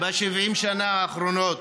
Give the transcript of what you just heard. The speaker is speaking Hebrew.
ב-70 השנים האחרונות.